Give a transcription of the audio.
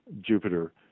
Jupiter